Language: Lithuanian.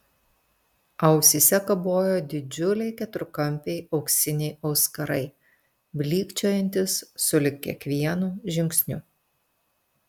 ausyse kabojo didžiuliai keturkampiai auksiniai auskarai blykčiojantys sulig kiekvienu žingsniu